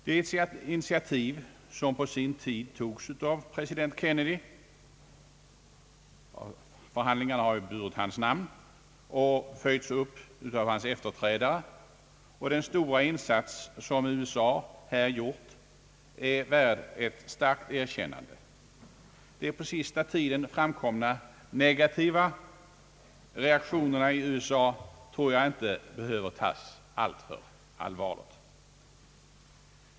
Det initiativ som på sin tid togs av president Kennedy — förhandlingarna har ju burit hans namn — och som följts upp av hans efterträdare och den stora insats som USA har gjort är värda ett starkt erkännande. De på senaste tiden framkomna negativa reaktionerna i USA tror jag inte behöver tas alltför allvarligt.